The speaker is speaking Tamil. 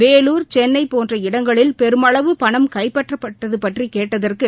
வேலூர் சென்னைபோன்ற இடங்களில் பெருமளவு பணம் கைப்பற்றப்பட்டதுபற்றிகேட்டதற்கு